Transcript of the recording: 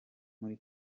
muri